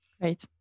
Great